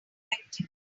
affected